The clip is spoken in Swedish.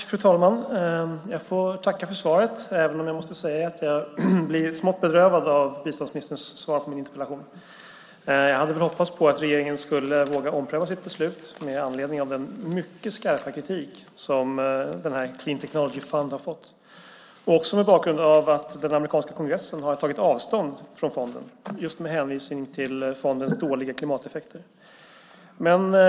Fru talman! Jag får tacka för svaret, även om jag måste säga att jag blir smått bedrövad av biståndsministerns svar på min interpellation. Jag hade hoppats på att regeringen skulle våga ompröva sitt beslut med anledning av den mycket skarpa kritik som Clean Technology Fund har fått, också mot bakgrund av att den amerikanska kongressen har tagit avstånd från fonden just med hänvisning till fondens dåliga klimateffekter.